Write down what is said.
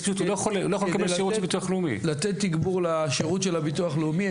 אז הוא פשוט לא יכול לקבל שירות של הביטוח הלאומי.